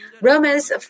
Romans